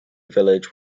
village